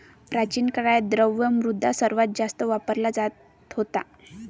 प्राचीन काळात, द्रव्य मुद्रा सर्वात जास्त वापरला जात होता